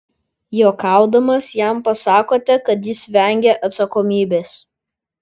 juokaudamas jam pasakote kad jis vengia atsakomybės